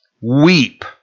weep